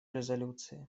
резолюции